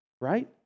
right